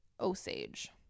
Osage